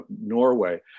Norway